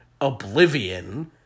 oblivion